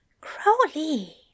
Crowley